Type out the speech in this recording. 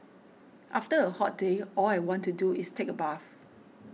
after a hot day all I want to do is take a bath